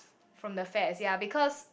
from the fats ya because